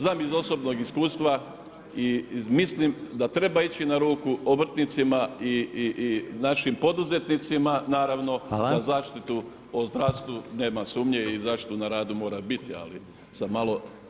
Znam iz osobnog iskustva i mislim da treba ići na ruku obrtnicima i našim poduzetnicima, naravno o zaštitu o zdravstvu nema sumnje i zaštita na radu mora biti, ali, sam malo